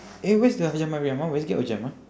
eh where's the hajjah mariam ah westgate or jem ah